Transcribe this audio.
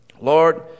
Lord